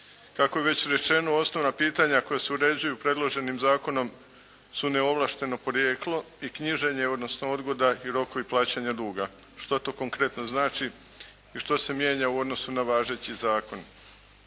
Kako je već rečeno osnovna pitanja koja se uređuju predloženim zakonom su neovlašteno porijeklo i knjiženje odnosno odgoda i rokovi plaćanja duga. Što to konkretno znači i što se mijenja u odnosu na važeći zakon?